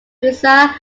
musa